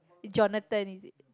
Jonathan is it